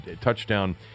touchdown